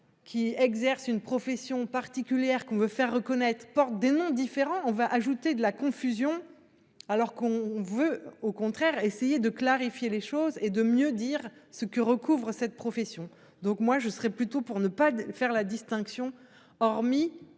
qui exercent une profession particulière qu'on veut faire reconnaître portent des noms différents, on va ajouter de la confusion, alors qu'on veut au contraire essayer de clarifier les choses et de mieux dire ce que recouvre cette profession. Donc moi je serais plutôt pour ne pas faire la distinction hormis.